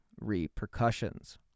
repercussions